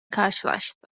karşılaştı